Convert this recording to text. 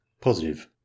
positive